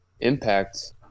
Impact